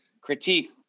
critique